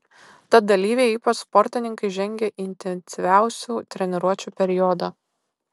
tad dalyviai ypač sportininkai žengia į intensyviausių treniruočių periodą